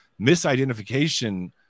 misidentification